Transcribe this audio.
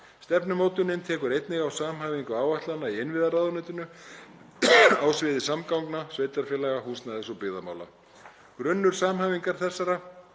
Stefnumótunin tekur einnig á samhæfingu áætlana í innviðaráðuneytinu á sviði samgangna, sveitarfélaga-, húsnæðis- og byggðarmála. Grunnur samhæfingar þessara